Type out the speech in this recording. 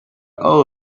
all